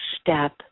step